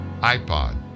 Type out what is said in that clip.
iPod